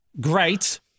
Great